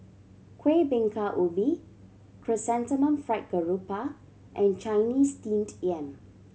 Kuih Bingka Ubi Chrysanthemum Fried Garoupa and Chinese Steamed Yam